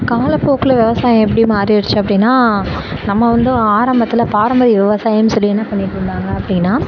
காலப்போக்கில் விவசாயம் எப்படி மாறிடுச்சி அப்படினா நம்ம வந்து ஆரம்பத்தில் பாரம்பரிய விவசாயமென்னு சொல்லி என்ன பண்ணிகிட்டு இருந்தாங்க அப்படினா